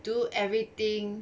do everything